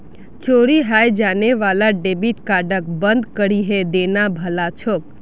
चोरी हाएं जाने वाला डेबिट कार्डक बंद करिहें देना भला छोक